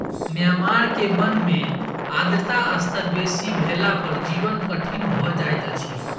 Myanmar के वन में आर्द्रता स्तर बेसी भेला पर जीवन कठिन भअ जाइत अछि